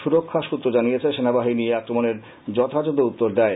সুরক্ষা সূত্র জানিয়েছে সেনাবাহিনী এই আক্রমণের যথাযথ উত্তর দেয়